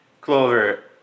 clover